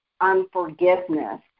unforgiveness